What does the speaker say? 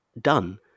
done